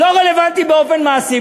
לא רלוונטי באופן מעשי,